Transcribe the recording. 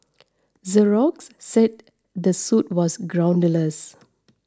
Xerox said the suit was groundless